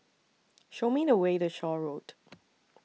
Show Me The Way to Shaw Road